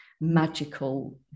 magical